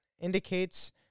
indicates